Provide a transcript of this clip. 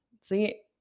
see